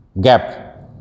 gap